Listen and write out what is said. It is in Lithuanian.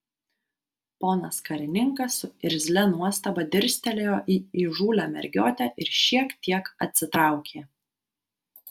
ponas karininkas su irzlia nuostaba dirstelėjo į įžūlią mergiotę ir šiek tiek atsitraukė